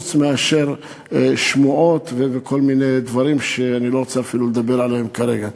חוץ משמועות וכל מיני דברים שאני אפילו לא רוצה לדבר עליהם כרגע.